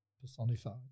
personified